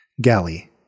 Galley